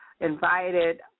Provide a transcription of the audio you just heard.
invited